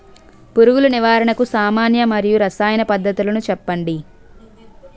పురుగుల నివారణకు సామాన్య మరియు రసాయన పద్దతులను చెప్పండి?